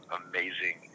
amazing